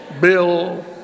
Bill